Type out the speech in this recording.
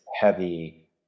heavy